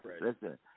Listen